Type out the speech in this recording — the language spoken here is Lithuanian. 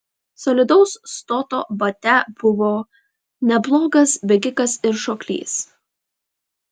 solidaus stoto batia buvo neblogas bėgikas ir šoklys